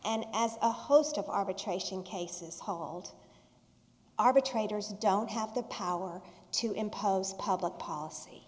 and as a host of arbitration cases hauled arbitrators don't have the power to impose public policy